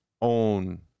own